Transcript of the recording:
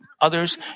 others